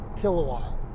kilowatt